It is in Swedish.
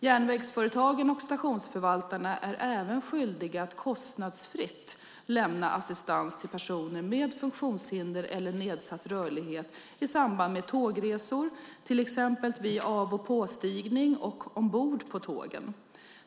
Järnvägsföretagen och stationsförvaltarna är även skyldiga att kostnadsfritt lämna assistans till personer med funktionshinder eller nedsatt rörlighet i samband med tågresor, till exempel vid av och påstigning och ombord på tågen.